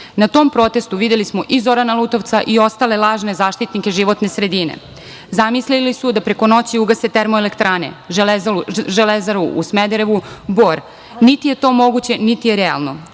Na tom protestu, videli smo i Zorana Lutovca i ostale lažne zaštitnike životne sredine. Zamislili su da preko noći ugase TE, Železaru u Smederevu, Bor. Niti je to moguće, niti je to realno.